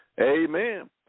Amen